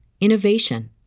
innovation